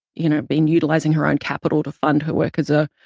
you know, been utilizing her own capital to fund her work as a,